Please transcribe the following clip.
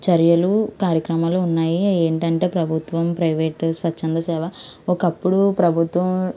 చర్యలు కార్యక్రమాలు ఉన్నాయి అయి ఏంటంటే ప్రభుత్వం ప్రైవేటు స్వచ్ఛంద సేవ ఒకప్పుడు ప్రభుత్వం